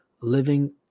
living